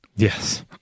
Yes